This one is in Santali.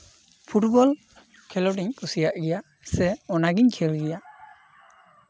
ᱯᱷᱩᱴᱵᱚᱞ ᱠᱷᱮᱞᱳᱰᱤᱧ ᱠᱩᱥᱤᱭᱟᱜ ᱜᱮᱭᱟ ᱥᱮ ᱚᱱᱟᱜᱤᱧ ᱠᱷᱮᱞ ᱜᱮᱭᱟ